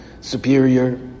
superior